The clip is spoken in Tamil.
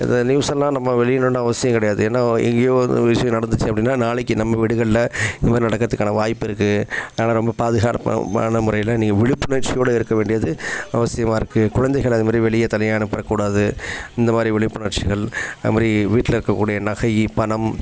இந்த நியூஸ் எல்லாம் நம்ம வெளியிடணுனு அவசியம் கிடையாது ஏன்னா எங்கையோ வந்து அந்த விஷயம் நடந்துச்சு அப்படின்னா நாளைக்கு நம்ம வீடுகள்ல இந்த மாதிரி நடக்கர்துக்கான வாய்ப்பு இருக்கு அதனால ரொம்ப பாதுகாப்பா பானை முறைல நீங்கள் விழிப்புணர்ச்சியோட இருக்க வேண்டியது அவசியமாக இருக்கு குழந்தைகள அது மாதிரி வெளியே தனியாக அனுப்பக்கூடாது இந்த மாதிரி விழிப்புணர்ச்சிகள் அது மாதிரி வீட்டில இருக்கக்கூடிய நகை பணம்